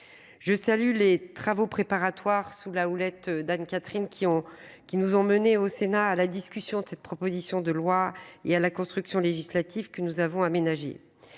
Je salue les travaux préparatoires sous la houlette d'Anne-Catherine qui ont, qui nous ont menés au Sénat à la discussion de cette proposition de loi et à la construction législative que nous avons aménagé.